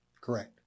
Correct